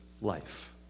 life